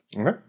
Okay